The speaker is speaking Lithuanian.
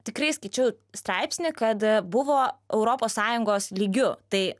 tikrai skaičiau straipsnį kad buvo europos sąjungos lygiu tai